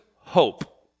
hope